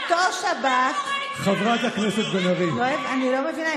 אני לא מבינה,